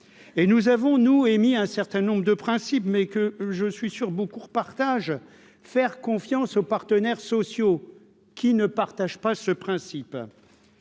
et nous avons nous émis un certain nombre de principes mais que je suis sûr beaucoup faire confiance aux partenaires sociaux, qui ne partage pas ce principe